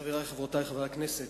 תודה רבה, חברי וחברותי חברי הכנסת,